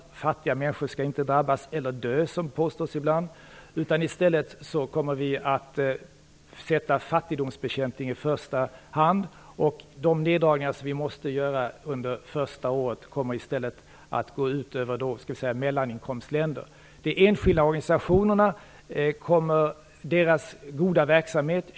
Fattiga människor skall inte drabbas, eller dö, som det påstås ibland, utan vi kommer att sätta fattigdomsbekämpning i första hand, och de neddragningar som vi måste göra under det första året kommer i stället att gå ut över mellaninkomstländer.